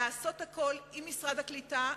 לעשות הכול עם משרד הקליטה,